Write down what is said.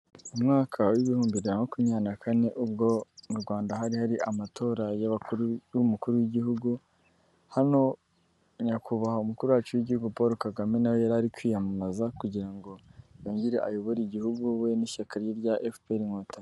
Mu mwaka w'ibihumbi bya na makumyabiri na kane ubwo mu Rwanda, hari hari amatora y'umukuru w'igihugu, hano nyakubahwa umukuru wacu w'igihugu Paul Kagame na we yari ari kwiyamamaza kugira ngo yongere ayobore igihugu we n'ishyaka rya FPR Inkotanyi.